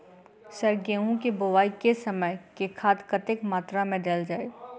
Sir गेंहूँ केँ बोवाई केँ समय केँ खाद कतेक मात्रा मे देल जाएँ?